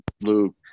Luke